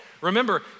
Remember